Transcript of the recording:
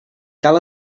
cal